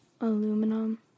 aluminum